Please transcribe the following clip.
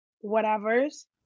whatever's